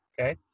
Okay